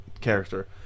character